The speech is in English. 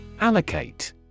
Allocate